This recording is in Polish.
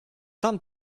tam